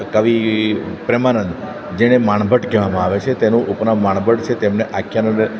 કવિ પ્રેમાનંદ જેને માણભટ્ટ કહેવામાં આવે છે તેનું ઉપનામ માણભટ્ટ છે તેમણે આખ્યાનો અને